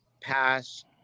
pass